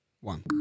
one